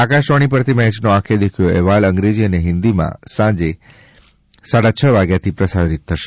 આકાશવાણી પરથી મેયનો આંખે દેખ્યો અહેવાલ અંગ્રેજી અને હિન્દીમાં આજે સાંજના સાડા છ થી પ્રસારિત થશે